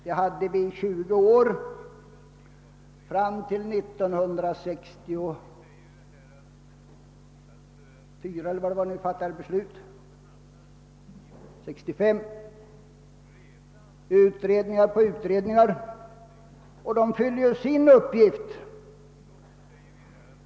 Vi hade utredning på utredning under tjugo år fram till 1965 då vi fattade beslut, och de fyller ju sin uppgift.